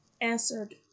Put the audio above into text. answered